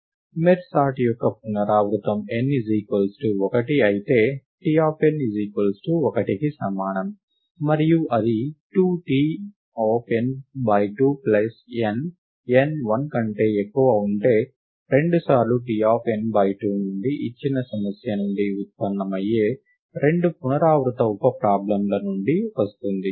merge sort యొక్క పునరావృతం n 1 అయితే T 1కి సమానం మరియు అది 2 T n2 plus n n 1 కంటే ఎక్కువ ఉంటే రెండు సార్లు T ఆఫ్ n బై 2 ఇచ్చిన సమస్య నుండి ఉత్పన్నమయ్యే రెండు పునరావృత ఉప ప్రాబ్లంల నుండి వస్తుంది